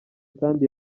kandi